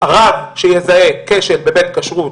רב שיזהה כשל בבית עסק,